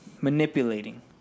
manipulating